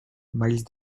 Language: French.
miles